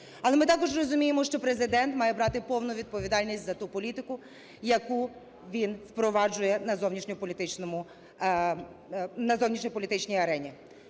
але ми також розуміємо, що Президент має брати повну відповідальність за ту політику, яку він впроваджує на зовнішньополітичній арені.